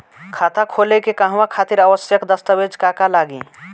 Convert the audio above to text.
खाता खोले के कहवा खातिर आवश्यक दस्तावेज का का लगी?